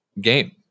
game